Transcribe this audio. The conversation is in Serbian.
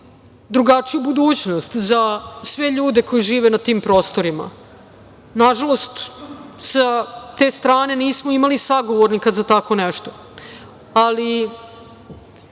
drugačiju budućnost za sve ljude koji žive na tim prostorima. Nažalost, sa te strane nismo imali sagovornika za tako nešto, ali